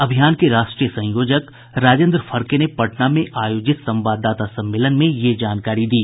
अभियान के राष्ट्रीय संयोजक राजेन्द्र फड़के ने पटना में आयोजित संवाददाता सम्मेलन में यह जानकारी दी